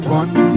one